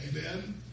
Amen